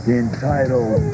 entitled